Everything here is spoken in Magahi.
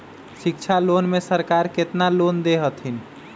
शिक्षा लोन में सरकार केतना लोन दे हथिन?